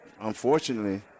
unfortunately